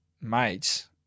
mates